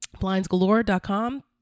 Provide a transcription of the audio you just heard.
Blindsgalore.com